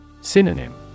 Synonym